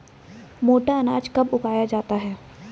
मोटा अनाज कब उगाया जाता है?